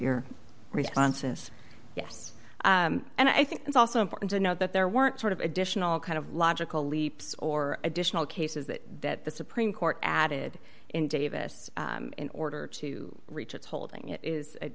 your responses yes and i think it's also important to note that there weren't sort of additional kind of logical leaps or additional cases that the supreme court added in davis in order to reach its holding it is a